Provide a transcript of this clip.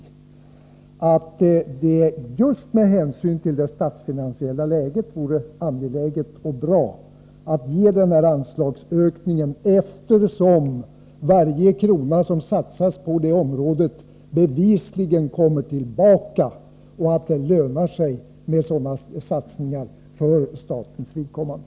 Jag skulle tvärtom vilja påstå att det just med hänsyn till det statsfinansiella läget vore angeläget och bra att göra en anslagsökning, eftersom varje krona som satsas på det området bevisligen kommer tillbaka. Det lönar sig med sådana satsningar för statens vidkommande.